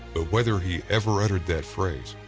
whether he ever uttered that phrase,